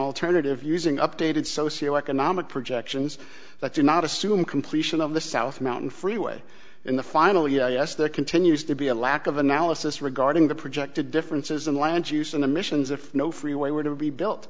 alternative using updated socioeconomic projections that do not assume completion of the south mountain freeway in the final yes there continues to be a lack of analysis regarding the projected differences in land use and emissions if no freeway were to be built